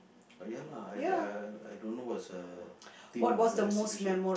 uh ya lah I d~ I don't know what's the theme of the exhibition